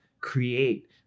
create